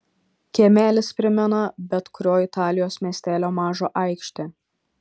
kiemelis primena bet kurio italijos miestelio mažą aikštę